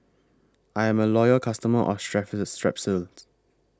I'm A Loyal customer of Strepsils